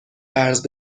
قرض